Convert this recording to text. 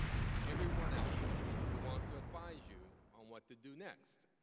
it's everyone else who wants to advise you on what to do next.